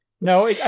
No